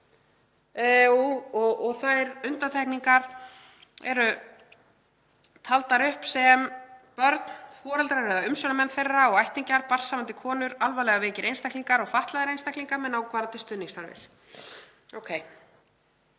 til. Þær undantekningar eru taldar upp; börn, foreldrar eða umsjónarmenn þeirra og ættingjar, barnshafandi konur, alvarlega veikir einstaklingar og fatlaðir einstaklingar með langvarandi stuðningsþarfir.